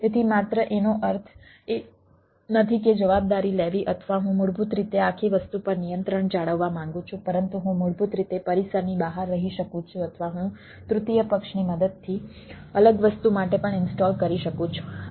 તેથી માત્ર એનો અર્થ એ નથી કે જવાબદારી લેવી અથવા હું મૂળભૂત રીતે આખી વસ્તુ પર નિયંત્રણ જાળવવા માંગુ છું પરંતુ હું મૂળભૂત રીતે પરિસરની બહાર રહી શકું છું અથવા હું તૃતીય પક્ષની મદદથી અલગ વસ્તુ માટે પણ ઇન્સ્ટોલ કરી શકું છું